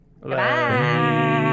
Bye